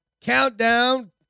countdown